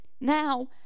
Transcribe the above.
now